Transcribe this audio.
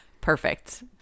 Perfect